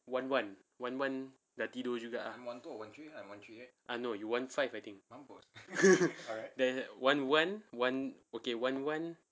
wan one wan one dah tidur juga ah no you wan five I think then wan one wan okay wan one